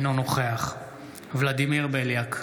אינו נוכח ולדימיר בליאק,